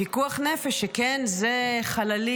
פיקוח נפש, שכן זה חללים,